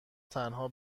تنها